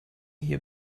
hier